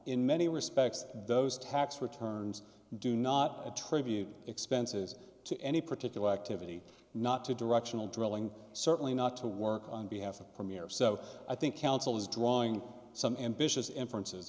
in many respects those tax returns do not attribute expenses to any particular activity not to directional drilling certainly not to work on behalf of premier so i think counsel is drawing some ambitious inferences